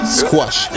squash